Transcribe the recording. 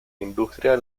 industria